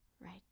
Right